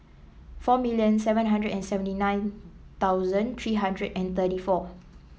four million seven hundred and seventy nine thousand three hundred and thirty four